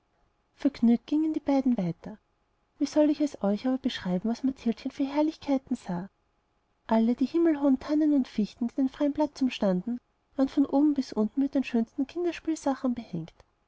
vergnügt gingen die beiden weiter wie soll ich es euch aber beschreiben was mathildchen nun für herrlichkeiten sah alle die himmelhohen tannen und fichten die den freien platz umstanden waren von oben bis unten mit den schönsten kinderspielsachen behängt